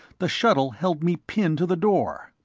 the shuttle held me pinned to the door.